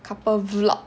couple vlog